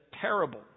terrible